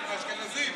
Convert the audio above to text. האשכנזים.